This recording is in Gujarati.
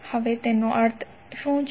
હવે તેનો અર્થ શું છે